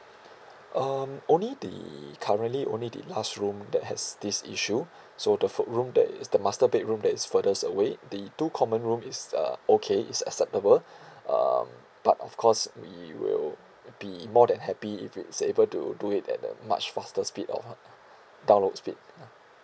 um only the currently only the last room that has this issue so the fi~ room that is the master bedroom that is further away the two common room is uh okay is acceptable um but of course we will be more than happy if it's able to do it at a much faster speed of download speed